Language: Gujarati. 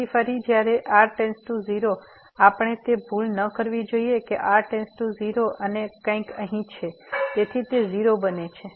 તેથી ફરી જ્યારે r → 0 આપણે તે ભૂલ ન કરવી જોઈએ કે r → 0 અને કંઈક અહીં છે તેથી તે 0 બને છે